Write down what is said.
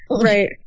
right